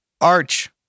Arch